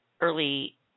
early